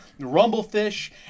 Rumblefish